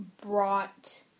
brought